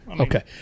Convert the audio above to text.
Okay